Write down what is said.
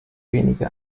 wenige